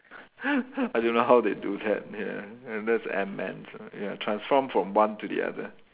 I don't know how they do that ya and that's ant man ya transform from one to the other